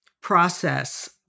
process